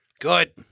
Good